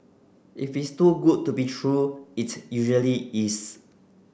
if it's too good to be true it usually is